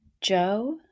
Joe